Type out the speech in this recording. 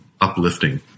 uplifting